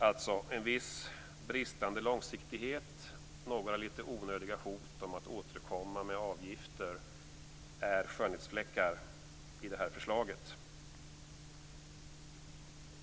Alltså: En viss bristande långsiktighet och några lite onödiga hot om att återkomma med avgifter är skönhetsfläckar i det här förslaget.